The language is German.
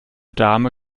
dame